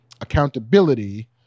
Accountability